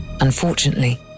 Unfortunately